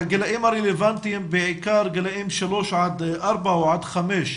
כנראה שהגילאים הרלוונטיים הם בעיקר גילאי שלוש עד ארבע או עד חמש,